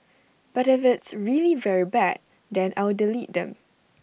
but if it's really very bad then I'll delete them